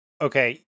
Okay